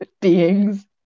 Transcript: beings